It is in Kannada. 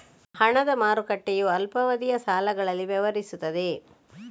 ಹಣದ ಮಾರುಕಟ್ಟೆಯು ಅಲ್ಪಾವಧಿಯ ಸಾಲಗಳಲ್ಲಿ ವ್ಯವಹರಿಸುತ್ತದೆ